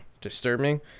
disturbing